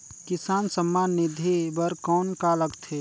किसान सम्मान निधि बर कौन का लगथे?